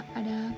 ada